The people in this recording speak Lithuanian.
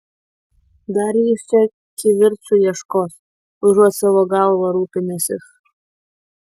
dar jis čia kivirču ieškos užuot savo galva rūpinęsis